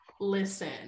listen